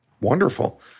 Wonderful